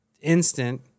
instant